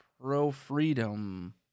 pro-freedom